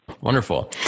Wonderful